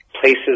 places